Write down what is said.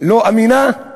לא אמינה,